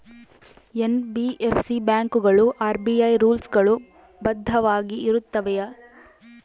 NBFC ಬ್ಯಾಂಕುಗಳು RBI rules ಗಳು ಬದ್ಧವಾಗಿ ಇರುತ್ತವೆಯ?